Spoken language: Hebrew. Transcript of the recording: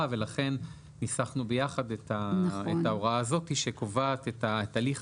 ולכן ניסחנו ביחד את ההוראה הזאת שקובעת את הליך